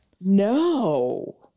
No